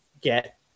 get